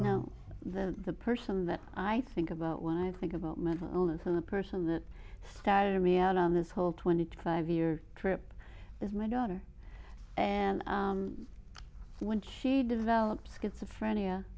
is no the the person that i think about when i think about mental illness and the person that started me out on this whole twenty five year trip is my daughter and when she developed schizophrenia